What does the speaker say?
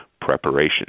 preparation